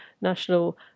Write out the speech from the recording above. National